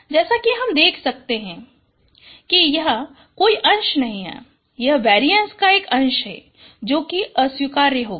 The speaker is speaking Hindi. R2 jk1njV जैसा कि हम देख सकते हैं कि यह संदर्भ समय 1936 कोई अंश नहीं है यह वेरीएंस का एक अंश है जो अस्वीकार होगा